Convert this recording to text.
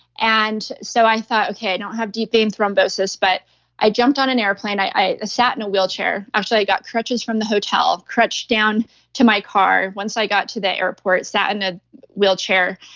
and so i thought, okay, i don't have deep vein thrombosis, but i jumped on an airplane, i i sat in a wheelchair. actually i got crutches from the hotel, crutched down to my car once i got to the airport, sat in a wheelchair,